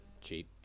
cheap